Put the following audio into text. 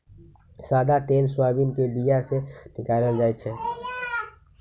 सदा तेल सोयाबीन के बीया से निकालल जाइ छै